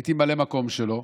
הייתי ממלא מקום שלו.